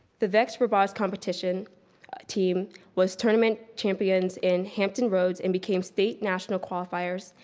the vex robotics competition team was tournament champion in hampton rhodes and became state national qualifiers,